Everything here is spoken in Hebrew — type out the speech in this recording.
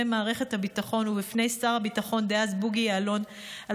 מערכת הביטחון ובפני שר הביטחון דאז בוגי יעלון על